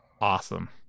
Awesome